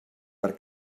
per